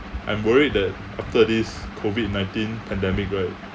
I'm worried that after this COVID nineteen pandemic right